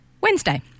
Wednesday